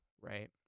right